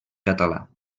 català